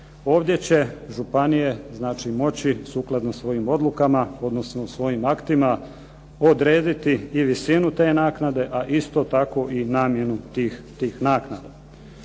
Ovdje će županije, znači moći sukladno svojim odlukama, odnosno svojim aktima odrediti i visinu te naknade, a isto tako i namjenu tih naknada.